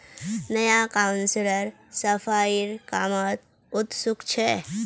नया काउंसलर सफाईर कामत उत्सुक छ